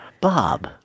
Bob